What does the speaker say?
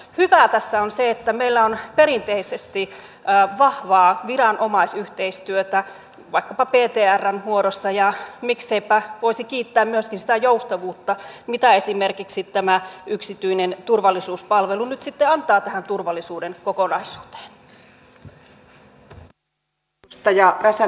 hyvää tässä on se että meillä on perinteisesti vahvaa viranomaisyhteistyötä vaikkapa ptrn muodossa ja mikseipä voisi kiittää myöskin sitä joustavuutta mitä esimerkiksi tämä yksityinen turvallisuuspalvelu nyt sitten antaa tähän turvallisuuden kokonaisuuteen